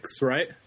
right